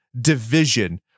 division